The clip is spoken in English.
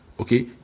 okay